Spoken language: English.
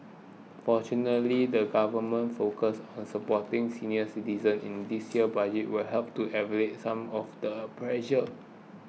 fortunately the government's focus on supporting senior citizens in this year's Budget will help to alleviate some of the pressure